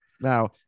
Now